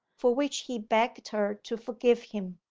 for which he begged her to forgive him.